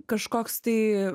kažkoks tai